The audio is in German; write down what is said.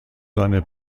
seine